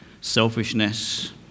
selfishness